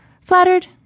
flattered